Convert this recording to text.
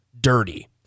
dirty